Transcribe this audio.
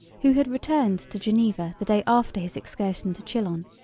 who had returned to geneva the day after his excursion to chillon,